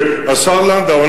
השר לנדאו,